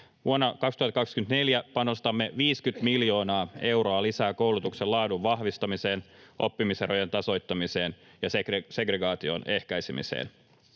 Vuonna 2024 panostamme 50 miljoonaa euroa lisää koulutuksen laadun vahvistamiseen, oppimiserojen tasoittamiseen ja segregaation ehkäisemiseen.